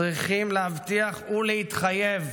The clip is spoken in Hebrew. צריכים להבטיח ולהתחייב: